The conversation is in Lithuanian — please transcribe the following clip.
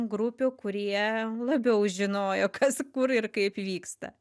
grupių kurie labiau žinojo kas kur ir kaip vyksta